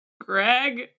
Greg